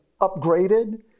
upgraded